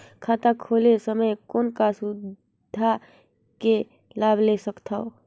खाता खोले समय कौन का सुविधा के लाभ ले सकथव?